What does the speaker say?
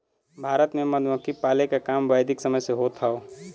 भारत में मधुमक्खी पाले क काम वैदिक समय से होत हौ